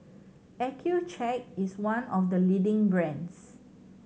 Accucheck is one of the leading brands